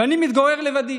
ואני מתגורר לבדי.